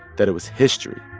that it was history.